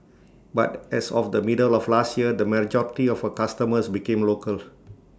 but as of the middle of last year the majority of her customers became local